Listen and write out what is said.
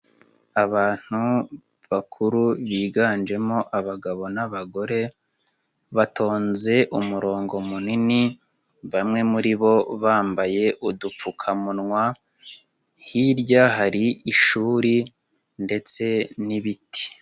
Abantu bakuru biganjemo abagabo n'abagore, batonze umurongo munini, bamwe muri bo bambaye udupfukamunwa, hirya hari ishuri ndetse n'ibiti.